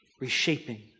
reshaping